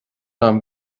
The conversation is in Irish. agam